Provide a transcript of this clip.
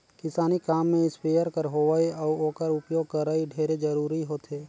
किसानी काम में इस्पेयर कर होवई अउ ओकर उपियोग करई ढेरे जरूरी होथे